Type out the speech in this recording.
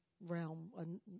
realm